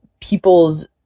people's